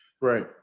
Right